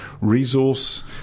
resource